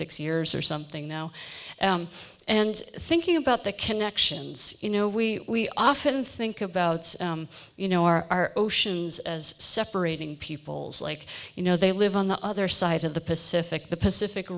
six years or something now and thinking about the connections you know we often think about you know our oceans as separating peoples like you know they live on the other side of the pacific the pacific